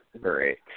Great